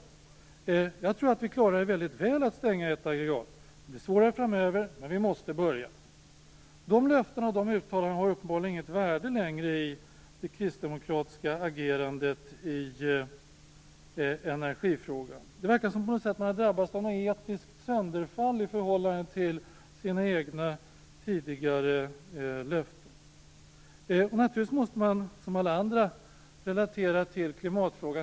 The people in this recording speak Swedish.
Jag tror att vi klarar det väldigt väl att stänga ett aggregat. Det blir svårare framöver, men vi måste börja. Dessa löften och dessa uttalanden har uppenbarligen inget värde längre i det kristdemokratiska agerandet i energifrågan. Det verkar som om man på något sätt har drabbats av ett etiskt sönderfall i förhållande till sina tidigare löften. Som alla andra måste man naturligtvis relatera till klimatfrågan.